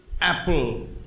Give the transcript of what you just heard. apple